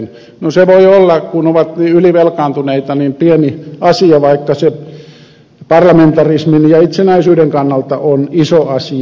no se voi olla kun ovat ylivelkaantuneita pieni asia vaikka se parlamentarismin ja itsenäisyyden kannalta on iso asia